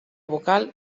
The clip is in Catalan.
vocal